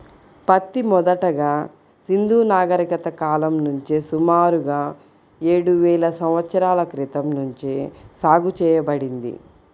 పత్తి మొదటగా సింధూ నాగరికత కాలం నుంచే సుమారుగా ఏడువేల సంవత్సరాల క్రితం నుంచే సాగు చేయబడింది